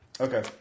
Okay